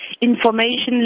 information